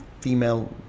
female